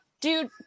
dude